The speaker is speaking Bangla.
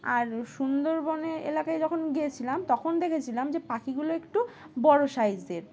আর সুন্দরবনের এলাকায় যখন গিয়েছিলাম তখন দেখেছিলাম যে পাখিগুলো একটু বড়ো সাইজের